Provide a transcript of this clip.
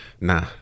nah